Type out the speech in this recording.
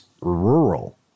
rural